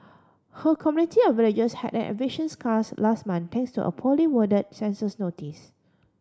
her community of villagers had an eviction scares last month thanks to a poorly word census notice